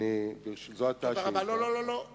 זו היתה השאילתא.